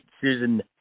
Susan